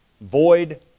void